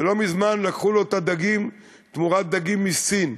שלא מזמן לקחו לו את הדגים תמורת דגים מסין,